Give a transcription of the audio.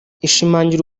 ishimangira